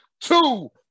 two